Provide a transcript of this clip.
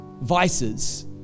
vices